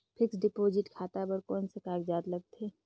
Fixed deposit खाता बर कौन का कागजात लगथे?